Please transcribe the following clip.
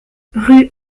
rue